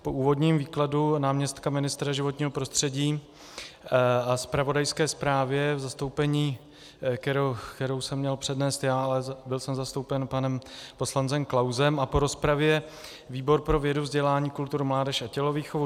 Po úvodním výkladu náměstka ministra životního prostředí a zpravodajské zprávě v zastoupení, kterou jsem měl přednést já, ale byl jsem zastoupen panem poslancem Václavem Klausem, a po rozpravě výbor pro vědu, vzdělání, kulturu, mládež a tělovýchovu